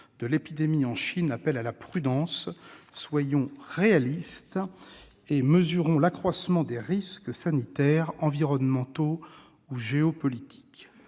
de l'épidémie en Chine appelle à la prudence. Soyons réalistes et mesurons l'accroissement des risques sanitaires, environnementaux ou géopolitiques